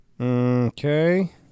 Okay